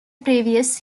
previous